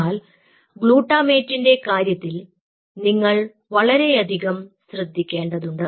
എന്നാൽ ഗ്ലൂട്ടാമേറ്റിന്റെ കാര്യത്തിൽ നിങ്ങൾ വളരെയധികം ശ്രദ്ധിക്കേണ്ടതുണ്ട്